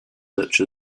such